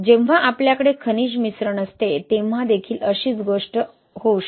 जेव्हा आपल्याकडे खनिज मिश्रण असते तेव्हा देखील अशीच गोष्ट होऊ शकते